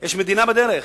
יש מדינה בדרך.